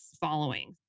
following